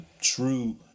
true